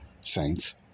saints